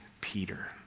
Peter